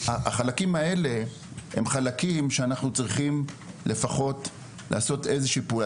החלקים האלה הם חלקים שאנחנו צריכים לפחות לעשות איזו שהיא פעולה.